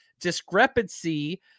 discrepancy